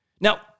Now